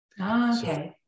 Okay